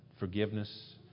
forgiveness